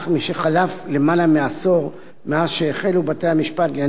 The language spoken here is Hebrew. משחלף למעלה מעשור מאז החלו בתי-המשפט לעניינים